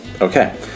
Okay